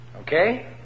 Okay